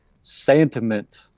Sentiment